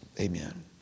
Amen